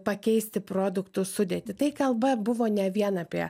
pakeisti produktų sudėtį tai kalba buvo ne vien apie